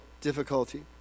difficulty